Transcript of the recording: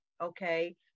okay